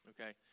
Okay